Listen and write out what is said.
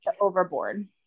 overboard